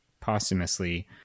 posthumously